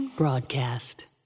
Broadcast